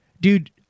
dude